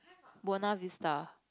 Buona Vista